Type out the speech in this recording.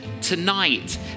tonight